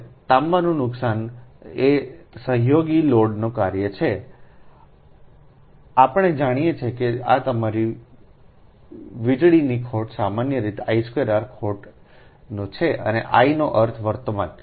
હવે તાંબાના નુકસાનએ સહયોગી લોડનું કાર્ય છેઆપણે જાણીએ છીએ કે તમારી વીજળીની ખોટ સામાન્ય રીતેI2Rખોટનો છે અને I નો અર્થ છે વર્તમાન